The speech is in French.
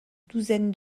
douzaine